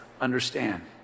understand